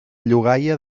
llogaia